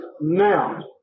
Now